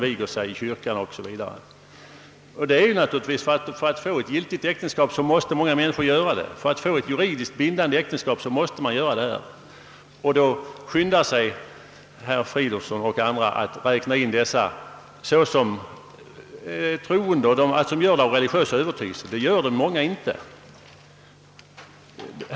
För att få ett giltigt, juridiskt bindande äktenskap måste ju många människor låta viga sig i kyrka, och dem skyndar sig herr Fridolfsson och andra att räkna in såsom troende, vilka valt denna vigselform av religiös övertygelse. Ofta stämmer detta inte.